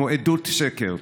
כמו עדות שקר,